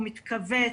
הוא מתכווץ,